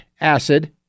acid